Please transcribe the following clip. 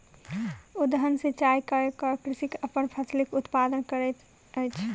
उद्वहन सिचाई कय के कृषक अपन फसिलक उत्पादन करैत अछि